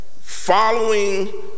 following